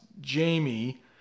Jamie